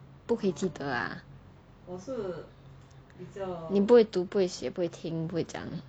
不可以记得 ah 你不会读不会写也不会听不会讲